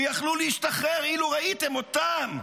שיכלו להשתחרר אילו ראיתם אותם,